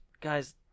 guys